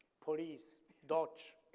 police, dodge.